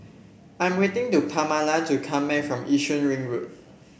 I'm waiting to Pamala to come back from Yishun Ring Road